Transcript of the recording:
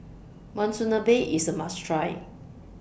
Monsunabe IS A must Try